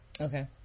Okay